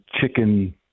chicken